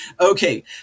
Okay